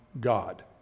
God